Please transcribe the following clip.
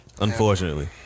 Unfortunately